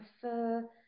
prefer